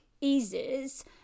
eases